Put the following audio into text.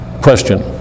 question